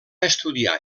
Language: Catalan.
estudiar